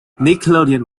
nickelodeon